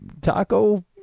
taco